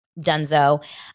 Dunzo